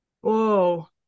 Whoa